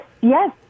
yes